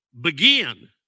begin